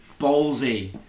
ballsy